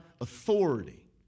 authority